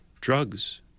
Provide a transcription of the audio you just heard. drugs